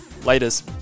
Laters